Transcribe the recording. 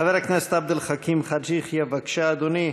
חבר הכנסת עבד אל חכים חאג' יחיא, בבקשה, אדוני.